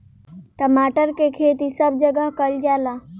टमाटर के खेती सब जगह कइल जाला